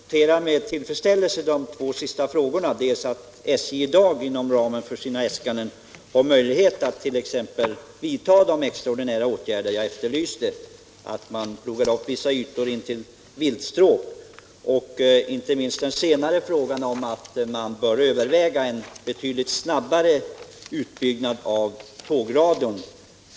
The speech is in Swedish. Herr talman! Jag noterar med tillfredsställelse de två senaste beskeden, dels att SJ i dag inom ramen för sina befogenheter kan vidta de extraordinära åtgärder jag efterlyste — t.ex. att ploga upp vissa ytor intill viltstråk — dels att man överväger en betydligt snabbare utbyggnad av tågradion.